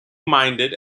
minded